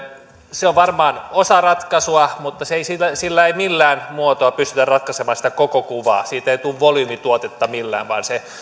se on varmaan osa ratkaisua mutta sillä sillä ei millään muotoa pystytä ratkaisemaan sitä koko kuvaa siitä ei tule volyymituotetta millään vaan se